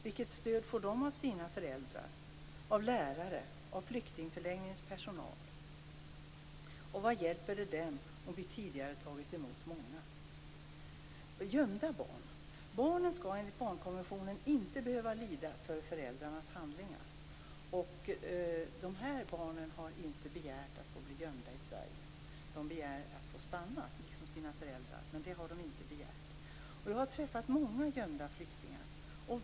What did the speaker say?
Vilket stöd får de av sina föräldrar, av lärare och av flyktingförläggningens personal? Och vad hjälper det dem om vi tidigare har tagit emot många? En annan fråga gäller gömda barn. Barnen skall enligt barnkonventionen inte behöva lida för föräldrarnas handlingar. De här barnen har inte begärt att få bli gömda i Sverige. De begär att få stanna - liksom sina föräldrar. Men att bli gömda har de inte begärt. Jag har träffat många gömda flyktingar.